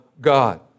God